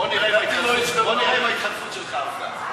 בוא נראה אם ההתחנפות שלך עבדה.